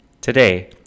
Today